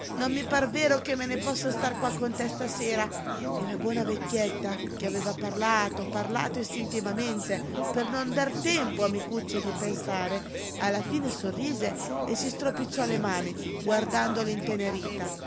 non mi par vero che me ne possa star qua con te stasera e la buona vecchietta che aveva parlato parlato istintivamente per non dar tempo a micuccio di pensare alla fine sorrise e si stropicciò le mani guardandolo intenerita